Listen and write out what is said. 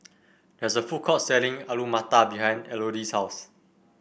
there is a food court selling Alu Matar behind Elodie's house